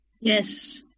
Yes